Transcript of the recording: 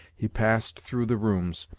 he passed through the rooms,